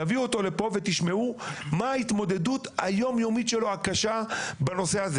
תביאו אותו לפה ותשמעו מהי ההתמודדות הקשה היום-יומית שלו בנושא הזה.